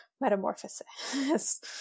metamorphosis